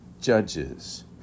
judges